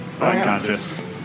Unconscious